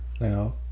now